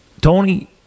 Tony